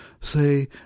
say